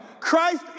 Christ